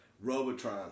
Robotron